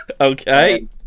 Okay